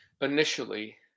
initially